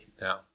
now